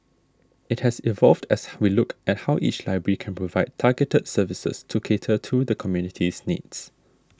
it has evolved as we look at how each library can provide targeted services to cater to the community's needs